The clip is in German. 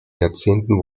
jahrzehnten